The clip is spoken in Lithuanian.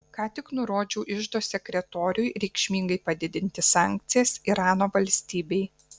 ką tik nurodžiau iždo sekretoriui reikšmingai padidinti sankcijas irano valstybei